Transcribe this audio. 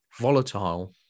volatile